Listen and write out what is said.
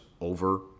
over